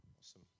awesome